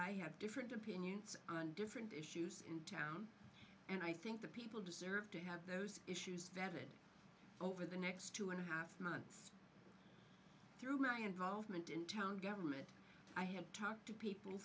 i have different opinions on different issues in town and i think the people deserve to have those issues vetted over the next two and a half months through my involvement in town government i have talked to people